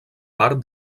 part